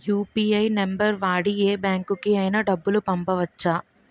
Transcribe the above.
UPI number వాడి యే బ్యాంకుకి అయినా డబ్బులు పంపవచ్చ్చా?